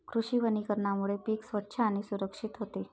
कृषी वनीकरणामुळे पीक स्वच्छ आणि सुरक्षित होते